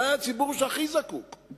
אולי הציבור שהכי זקוק לו.